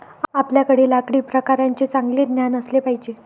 आपल्याकडे लाकडी प्रकारांचे चांगले ज्ञान असले पाहिजे